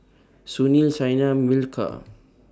Sunil Saina Milkha